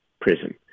prison